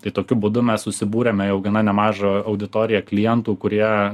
tai tokiu būdu mes susibūrėme jau gana nemažą auditoriją klientų kurie